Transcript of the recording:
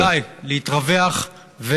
אולי להתרווח,